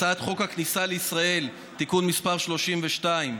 הצעת חוק הכניסה לישראל (תיקון מס' 32)